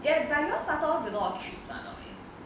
ya but you all started off with a lot of treats [one] normally